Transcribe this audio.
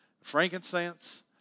frankincense